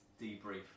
debrief